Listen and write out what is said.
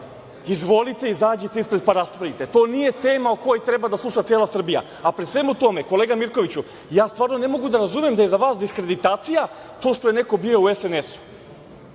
izvolite, izađite ispred, pa raspravite. To nije tema o kojoj treba da sluša cela Srbije. Pri svemu tome, kolega Mirkoviću, ja stvarno ne mogu da razumem da je za vas diskreditacija to što je neko bio u SNS-u.